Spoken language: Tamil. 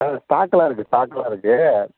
ஆ ஸ்டாக்லாம் இருக்குது ஸ்டாக்லாம் இருக்குது